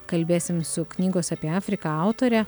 kalbėsim su knygos apie afriką autore